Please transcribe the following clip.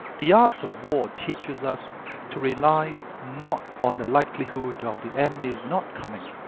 the art of war teaches us to rely not on the likelihood of the enemy's not coming,